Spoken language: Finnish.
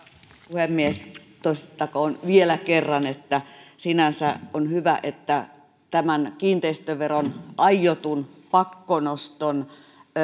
puhemies toistettakoon vielä kerran että sinänsä on hyvä että kiinteistöveron aiotun pakkonoston